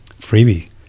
Freebie